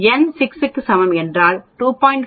n 6 க்கு சமம் என்றால் அது 2